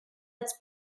its